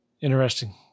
Interesting